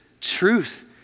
truth